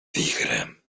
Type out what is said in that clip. wichrem